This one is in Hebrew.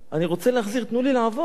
אני רוצה להחזיר, תנו לי לעבוד.